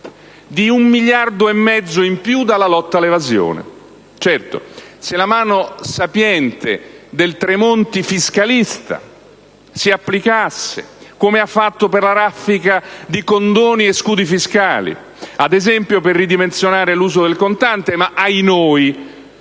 di 1,5 miliardi di euro in più dalla lotta all'evasione. Certo, se la mano sapiente del Tremonti fiscalista si applicasse, come ha fatto per la raffica di condoni e di scudi fiscali, ad esempio per ridimensionare l'uso del contante - ma, ahinoi,